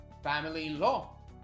Family-in-law